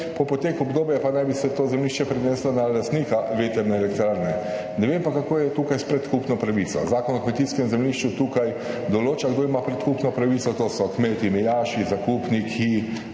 Po poteku obdobja pa naj bi se to zemljišče preneslo na lastnika vetrne elektrarne. Ne vem pa, kako je tukaj s predkupno pravico. Zakon o kmetijskem zemljišču tukaj določa, kdo ima predkupno pravico, to so kmetije mejaši, zakupniki,